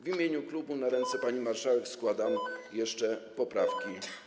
W imieniu klubu na ręce pani marszałek składam jeszcze poprawki.